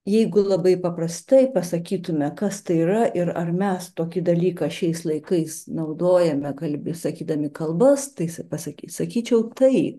jeigu labai paprastai pasakytume kas tai yra ir ar mes tokį dalyką šiais laikais naudojame kalbi sakydami kalbas tai pasaky sakyčiau taip